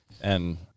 And-